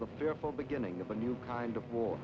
the fearful beginning of a new kind of war